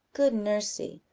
good nursy,